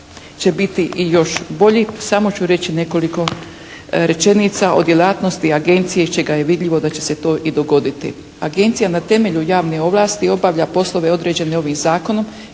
će biti i još bolji, samo ću reći nekoliko rečenica o djelatnosti agencije iz čega je vidljivo da će se to i dogoditi. Agencija na temelju javne ovlasti obavlja poslove određene ovim zakonom